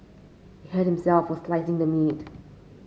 he hurt himself while slicing the meat